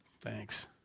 Thanks